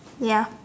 ya